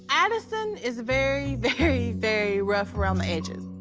addison is very, very, very rough around the edges.